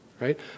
right